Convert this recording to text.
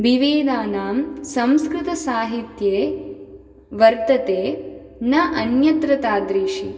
विविधानां संस्कृतसाहित्ये वर्तते न अन्यत्र तादृशी